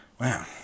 Wow